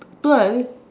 no ah I